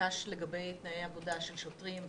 יוקש לגבי תנאי עבודה של שוטרים,